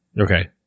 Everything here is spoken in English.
Okay